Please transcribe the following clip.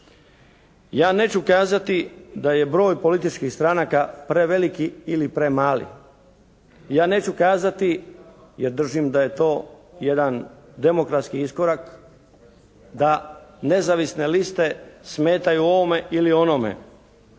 Ja neću kazati da je broj političkih stranaka preveliki ili premali. Ja neću kazati jer držim da je to jedan demokratski iskorak da nezavisne liste smetaju ovome ili onome.